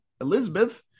Elizabeth